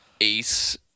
ace